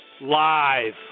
Live